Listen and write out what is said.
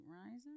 rising